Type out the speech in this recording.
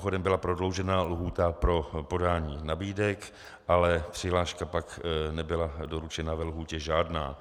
Mimochodem, byla prodloužena lhůta pro podání nabídek, ale přihláška pak nebyla doručena ve lhůtě žádná.